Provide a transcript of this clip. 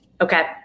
Okay